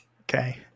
Okay